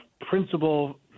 principle